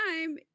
time